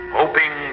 hoping